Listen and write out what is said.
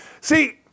See